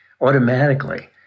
automatically